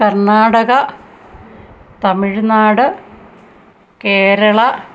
Karnataka Tamil Nadu Kerala